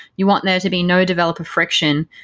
you want there to be no developer friction.